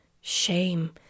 shame